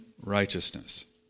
righteousness